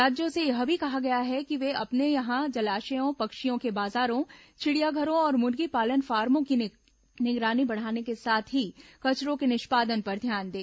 राज्यों से यह भी कहा गया है कि वे अपने यहां जलाशयों पक्षियों के बाजारों चिड़ियाघरों और मुर्गीपालन फॉर्मो की निगरानी बढ़ाने के साथ ही कचरों के निष्पादन पर ध्यान दें